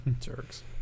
Jerks